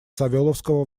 савеловского